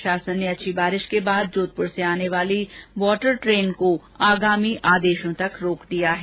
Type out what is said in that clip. प्रशासन ने अच्छी बारिश के बाद जोधपुर से आने वाली वाटर ट्रेन को आगामी आदेशों तक रोक दिया है